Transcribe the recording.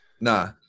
Nah